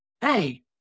hey